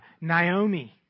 Naomi